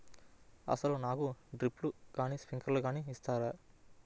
అసలు నాకు డ్రిప్లు కానీ స్ప్రింక్లర్ కానీ ఇస్తారా?